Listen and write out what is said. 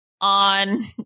on